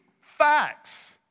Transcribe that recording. facts